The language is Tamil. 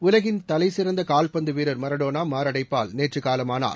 உலகில் தலைசிறந்த கால்பந்து வீரர் மரடோனா மாரடைப்பால் நேற்று காலமானார்